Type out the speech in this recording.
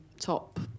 top